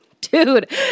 Dude